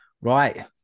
Right